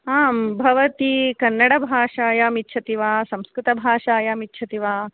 आं भवती कन्नडभाषायाम् इच्छति वा संकृतभाषायाम् इच्छति वा